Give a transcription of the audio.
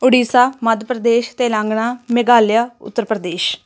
Odisha Madhya Pradesh Telangana Meghalaya Uttar Pradesh